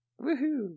Woohoo